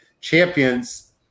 champions